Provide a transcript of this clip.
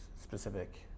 specific